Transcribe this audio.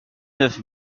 neuf